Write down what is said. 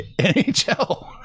NHL